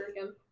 again